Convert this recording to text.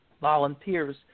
volunteers